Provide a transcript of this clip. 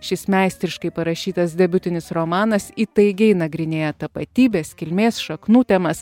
šis meistriškai parašytas debiutinis romanas įtaigiai nagrinėja tapatybės kilmės šaknų temas